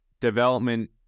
Development